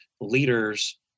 leaders